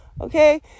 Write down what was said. Okay